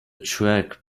track